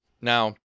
Now